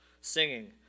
singing